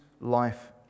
life